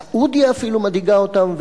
אפילו סעודיה מדאיגה אותם,